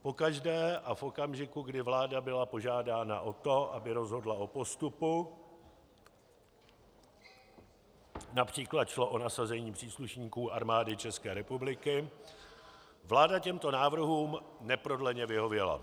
Pokaždé a v okamžiku, kdy vláda byla požádána o to, aby rozhodla o postupu, například šlo o nasazení příslušníků Armády České republiky, vláda těmto návrhům neprodleně vyhověla.